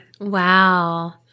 Wow